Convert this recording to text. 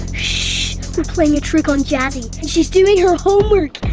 shhh! we're playing a trick on jazzy. she's doing her homework,